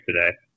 today